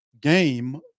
game